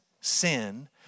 sin